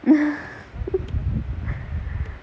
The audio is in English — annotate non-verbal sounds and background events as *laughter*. *laughs*